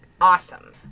awesome